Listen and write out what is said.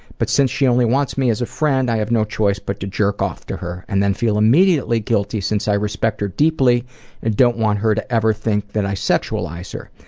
but since she only wants me as a friend i have no choice but to jerk off to her, and then to feel immediately guilty since i respect her deeply and don't want her to ever think that i sexualize her.